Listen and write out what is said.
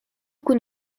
kun